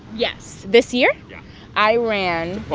yes. this year i ran.